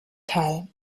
teil